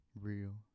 Real